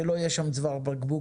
שלא יהיה שם צוואר בקבוק,